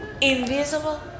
Invisible